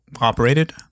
operated